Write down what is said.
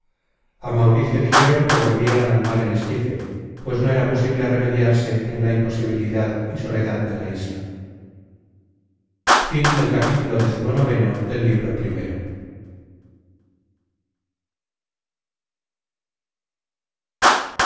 á mauricio dijeron que volvieran al mar el esquife pues no era posible remediarse en la imposibilidad y soledad de la isla content from google book search generated at